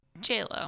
J-Lo